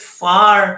far